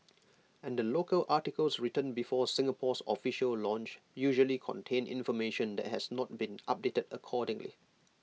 and the local articles written before Singapore's official launch usually contain information that has not been updated accordingly